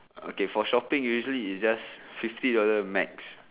okay for shopping usually is just fifty dollar max